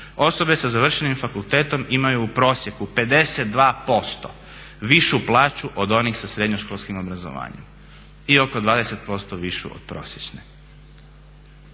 osobe sa završenim fakultetom imaju u prosjeku 52% višu plaću od onih sa srednjoškolskim obrazovanjem i oko 20% višu od prosječne.